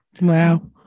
Wow